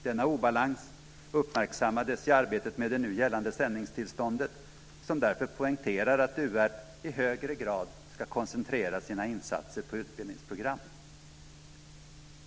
Denna obalans uppmärksammades i arbetet med det nu gällande sändningstillståndet, som därför poängterar att UR i högre grad ska koncentrera sin insatser på utbildningsprogram.